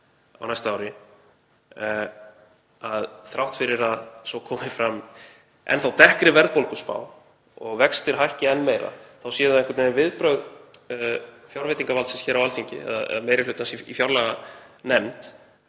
á næsta ári og þrátt fyrir að svo komi fram enn þá dekkri verðbólguspá og vextir hækki enn meira, þá séu það viðbrögð fjárveitingavaldsins á Alþingi eða meiri hlutans í fjárlaganefnd